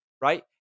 right